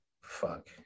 Fuck